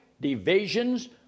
divisions